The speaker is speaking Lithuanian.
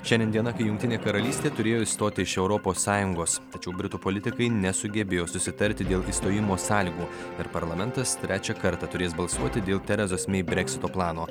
šiandien diena kai jungtinė karalystė turėjo išstoti iš europos sąjungos tačiau britų politikai nesugebėjo susitarti dėl išstojimo sąlygų ir parlamentas trečią kartą turės balsuoti dėl terezos mei breksito plano